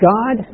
God